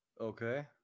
Okay